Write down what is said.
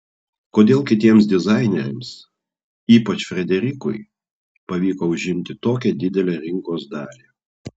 kodėl kitiems dizaineriams ypač frederikui pavyko užimti tokią didelę rinkos dalį